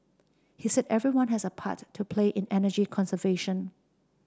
he said everyone has a part to play in energy conservation